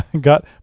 got